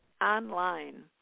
Online